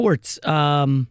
Sports